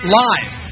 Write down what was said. live